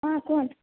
ହଁ କୁହନ୍ତୁ